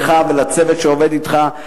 לך ולצוות שעובד אתך.